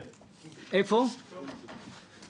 אתה רואה, גפני, יש פה עדות מומחה.